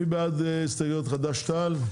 מי בעד הסתייגויות חד"ש-תע"ל?